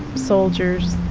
soldiers.